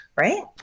right